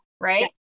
right